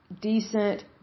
decent